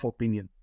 Opinion